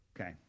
Okay